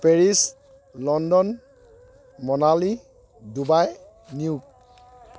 Paris London Manali Dubai New York